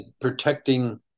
protecting